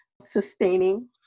sustaining